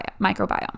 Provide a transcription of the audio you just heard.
microbiome